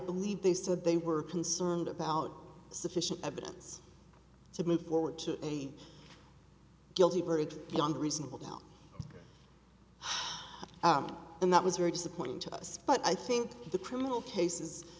believe they said they were concerned about sufficient evidence to move forward to a guilty verdict young reasonable doubt and that was very disappointing to us but i think the criminal case